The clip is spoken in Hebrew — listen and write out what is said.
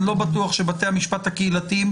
אני לא בטוח שבתי המשפט הקהילתיים,